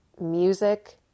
music